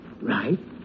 Right